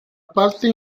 parte